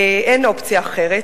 אין אופציה אחרת.